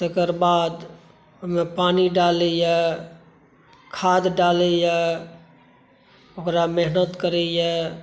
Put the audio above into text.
तकर बाद ओहिमे पानि डालैया खाद डालैया ओकरा मेहनत करैया